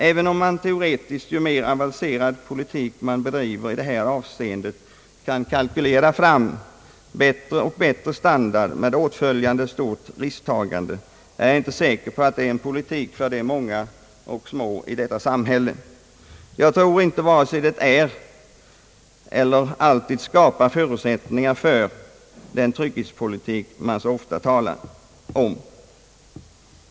även om man teoretiskt, ju mer avancerad politik man bedriver i detta avseende, kan kalkylera fram en bättre och bättre standard med återföljande stort risktagande, är jag inte säker på att det är en politik för de många och små i detta samhälle. Jag tror inte det alltid skapar förutsättningar för den trygghetspolitik man så ofta talar om.